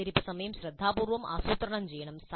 ഈ കാത്തിരിപ്പ് സമയം ശ്രദ്ധാപൂർവ്വം ആസൂത്രണം ചെയ്യണം